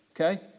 Okay